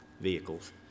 vehicles